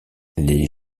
les